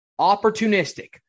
Opportunistic